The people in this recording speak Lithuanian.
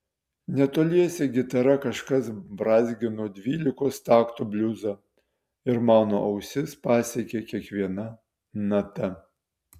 netoliese gitara kažkas brązgino dvylikos taktų bliuzą ir mano ausis pasiekė kiekviena nata